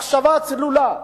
מחשבה צלולה,